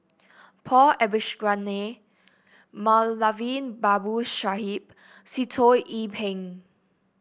Paul Abisheganaden Moulavi Babu Sahib Sitoh Yih Pin